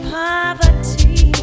poverty